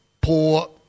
poor